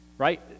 Right